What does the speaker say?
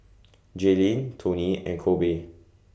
Jalyn Toney and Kobe